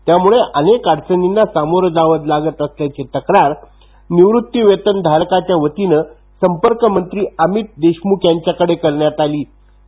त्यामुळे अनेक अडचणींना सामोरं जावं लागत असल्याची तक्रार निवृत्तीवेतन धारकांच्या वतीनं संपर्कमंत्री अमित विलासराव देशमूख यांच्याकडे करण्यात आली होती